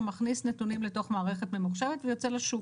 הוא מכניס נתונים לתוך מערכת ממוחשבת ויוצא לשוק.